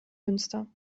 münster